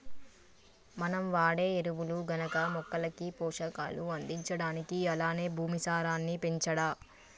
మనం వాడే ఎరువులు గనక మొక్కలకి పోషకాలు అందించడానికి అలానే భూసారాన్ని పెంచడా